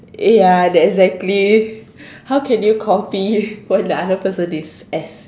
ya that exactly how can you copy when the other person is